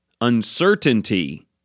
uncertainty